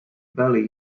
belly